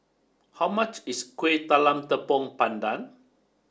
how much is Kuih Talam Tepong Pandan